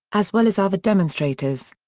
as well as other demonstrators.